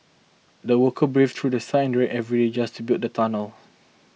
the workers braved through The Sun and rain every day just to build the tunnel